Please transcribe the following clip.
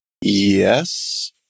Yes